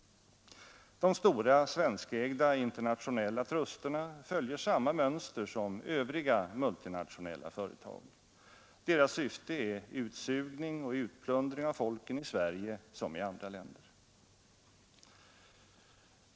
De stora svenskägda internationella trusterna följer samma mönster som övriga multinationella företag. Deras syfte är utsugning och utplundring av folken i Sverige och i andra länder.